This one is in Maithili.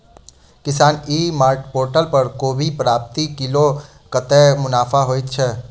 किसान ई मार्ट पोर्टल पर कोबी प्रति किलो कतै मुनाफा होइ छै?